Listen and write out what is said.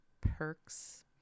perks